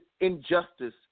injustice